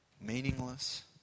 meaningless